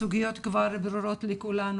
הסוגיות כבר ברורות לכולנו.